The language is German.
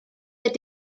mit